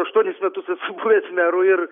aštuonis metus esu buvęs meru ir